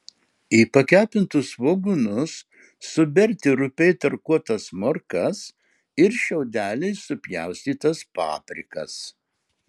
į pakepintus svogūnus suberti rupiai tarkuotas morkas ir šiaudeliais supjaustytas paprikas